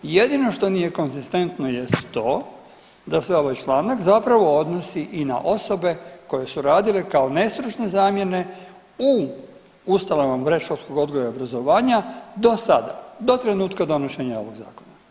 Jedino što nije konzistentno jest to da se ovaj članak zapravo odnosi i na osobe koje su radile kao nestručne zamjene u ustanovama predškolskog odgoja i obrazovanja do sada, do trenutka donošenja ovog zakona.